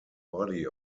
body